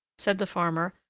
said the farmer,